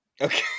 Okay